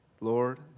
Lord